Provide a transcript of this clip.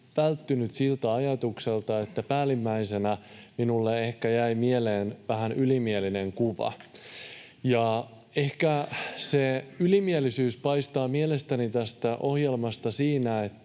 välttynyt siltä ajatukselta, että päällimmäisenä minulle ehkä jäi mieleen vähän ylimielinen kuva. Ehkä se ylimielisyys paistaa mielestäni tästä ohjelmasta siinä,